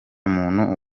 muntu